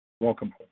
Welcome